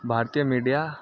Bharatiya media